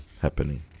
happening